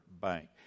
bank